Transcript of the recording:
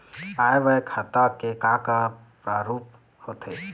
आय व्यय खाता के का का प्रारूप होथे?